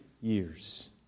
years